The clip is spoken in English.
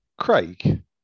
Craig